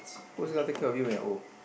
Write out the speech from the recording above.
who's gonna take care of you when you are old